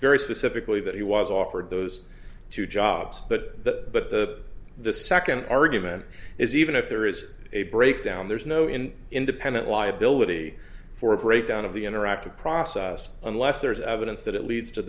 very specifically that he was offered those two jobs but that but the the second argument is even if there is a breakdown there's no in independent liability for a breakdown of the interactive process unless there is evidence that it leads to